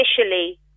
officially